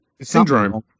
Syndrome